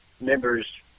members